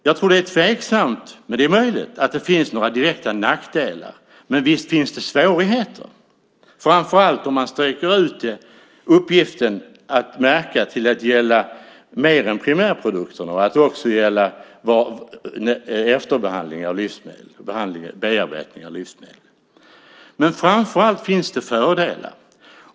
Jag tror att det är tveksamt, men det är möjligt att det finns några direkta nackdelar, men visst finns det svårigheter, framför allt om man sträcker ut uppgiften att märka till att gälla mer än primärprodukterna, att också gälla efterbehandling och bearbetning av livsmedel. Framför allt finns det fördelar.